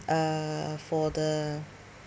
ah for the